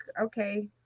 Okay